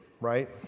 right